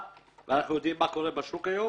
- ואנחנו יודעים מה קורה בשוק היום.